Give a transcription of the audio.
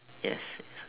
yes